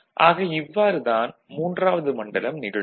ஆக இவ்வாறு தான் மூன்றாவது மண்டலம் நிகழும்